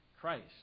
Christ